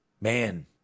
Man